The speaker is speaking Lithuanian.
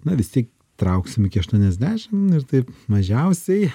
na vis tiek trauksim iki aštuoniasdešimt ir taip mažiausiai